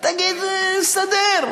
אני אסדר.